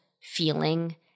feeling